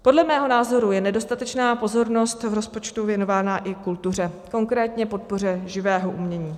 Podle mého názoru je nedostatečná pozornost v rozpočtu věnována i kultuře, konkrétně podpoře živého umění.